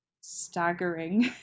staggering